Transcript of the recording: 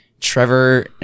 Trevor